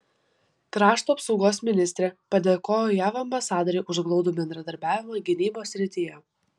krašto apsaugos ministrė padėkojo jav ambasadorei už glaudų bendradarbiavimą gynybos srityje